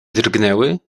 drgnęły